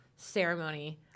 ceremony